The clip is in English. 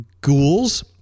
Ghouls